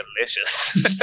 delicious